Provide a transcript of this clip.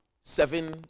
seven